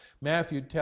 Matthew